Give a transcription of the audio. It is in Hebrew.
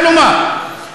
כלומר,